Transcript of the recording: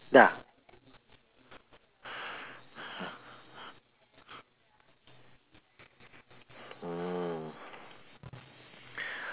da~ oh